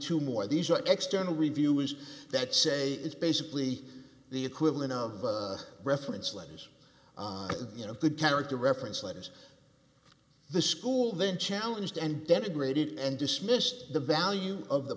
more these are extra reviews that say it's basically the equivalent of a reference letters on you know good character reference letters the school then challenge and denigrated and dismissed the value of the